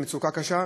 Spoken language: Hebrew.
במצוקה קשה.